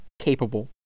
capable